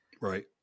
right